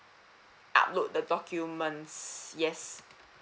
upload the documents yes